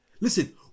Listen